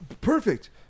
Perfect